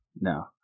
no